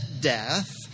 death